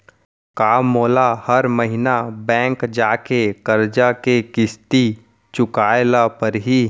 का मोला हर महीना बैंक जाके करजा के किस्ती चुकाए ल परहि?